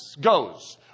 goes